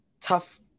tough